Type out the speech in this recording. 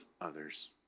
others